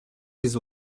des